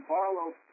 Barlow